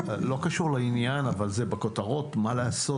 לא קשור לעניין אבל זה בכותרות מה לעשות,